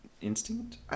instinct